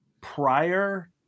prior